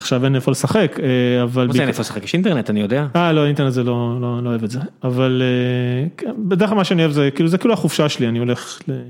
עכשיו אין איפה לשחק. אבל אי... מה זה "אין איפה לשחק"? יש אינטרנט, אני יודע? אה לא אינטרנט זה לא... לא... לא אוהב את זה אבל, כן, בדרך כלל מה שאני אוהב. זה כאילו זה כאילו החופשה שלי אני הולך...